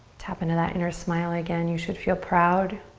tap into that inner smile again. you should feel proud.